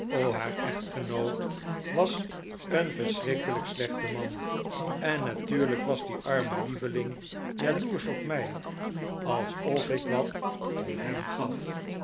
o haar echtgenoot was een verschrikkelijk slechte man en natuurlijk was die arme lieveling jaloersch op mij alsof ik wat om hem gaf